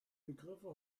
begriffe